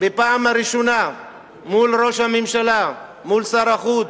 בפעם הראשונה מול ראש הממשלה, מול שר החוץ,